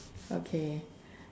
okay